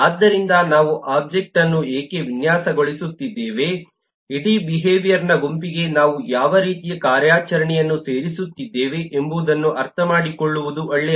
ಆದ್ದರಿಂದ ನಾವು ಒಬ್ಜೆಕ್ಟ್ಅನ್ನು ಏಕೆ ವಿನ್ಯಾಸಗೊಳಿಸುತ್ತಿದ್ದೇವೆ ಇಡೀ ಬಿಹೇವಿಯರ್ನ ಗುಂಪಿಗೆ ನಾವು ಯಾವ ರೀತಿಯ ಕಾರ್ಯಾಚರಣೆಯನ್ನು ಸೇರಿಸುತ್ತಿದ್ದೇವೆ ಎಂಬುದನ್ನು ಅರ್ಥಮಾಡಿಕೊಳ್ಳುವುದು ಒಳ್ಳೆಯದು